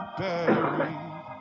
buried